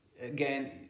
Again